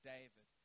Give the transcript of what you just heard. David